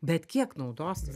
bet kiek naudos